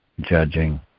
judging